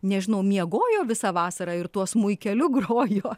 nežinau miegojo visą vasarą ir tuo smuikeliu grojo